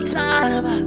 time